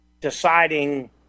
deciding